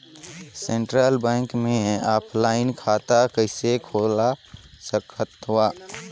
Central bank मे offline खाता कइसे खोल सकथव?